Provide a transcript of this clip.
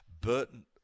Burton